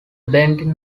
bending